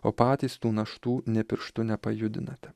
o patys tų naštų nė pirštu nepajudinate